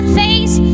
face